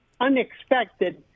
unexpected